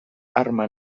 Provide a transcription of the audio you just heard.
arma